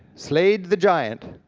slayed the giant,